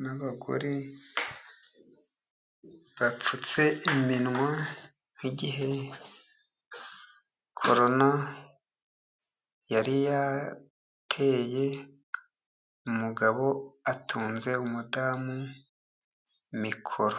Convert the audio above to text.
n' abagore bapfutse iminwa nki gihe korona yari yateye; umugabo atunze umudamu mikoro.